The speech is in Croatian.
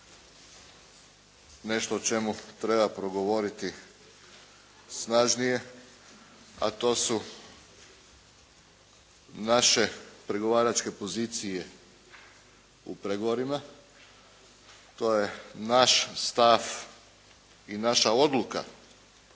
nešto o čemu treba progovoriti snažnije, a to su naše pregovaračke pozicije u pregovorima. To je naš stav i naša odluka